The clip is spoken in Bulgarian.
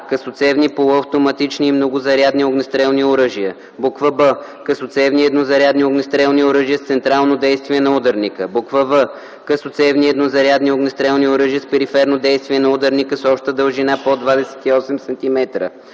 късоцевни полуавтоматични или многозарядни огнестрелни оръжия; б) късоцевни еднозарядни огнестрелни оръжия с централно действие на ударника; в) късоцевни еднозарядни огнестрелни оръжия с периферно действие на ударника с обща дължина под 28